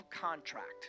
contract